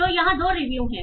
तो यहाँ दो रिव्यू हैं